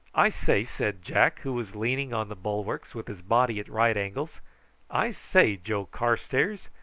i say, said jack, who was leaning on the bulwarks, with his body at right angles i say, joe carstairs,